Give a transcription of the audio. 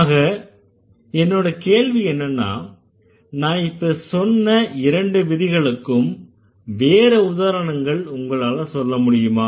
ஆகவே என்னோட கேள்வி என்னன்னா நான் இப்ப சொன்ன இரண்டு விதிகளுக்கும் வேற உதாரணங்கள் உங்களால சொல்ல முடியுமா